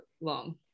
long